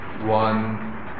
one